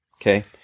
Okay